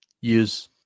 Use